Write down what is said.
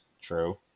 true